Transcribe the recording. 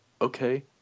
Okay